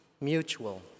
mutual